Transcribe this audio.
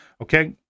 Okay